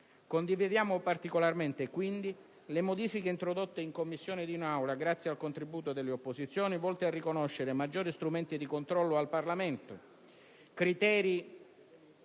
Condividiamo particolarmente quindi le modifiche introdotte in Commissione ed in Aula, grazie al contributo delle opposizioni, volte a riconoscere maggiori strumenti di controllo al Parlamento, criteri